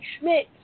Schmidt